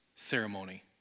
ceremony